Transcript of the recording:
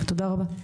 תודה רבה.